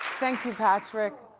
thank you, patrick.